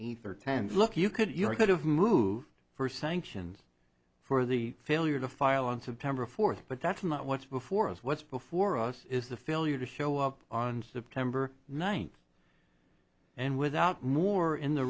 eighth or ten look you could your could have moved for sanctions for the failure to file on september fourth but that's not what's before us what's before us is the failure to show up on september ninth and without more in the